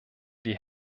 die